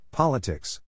Politics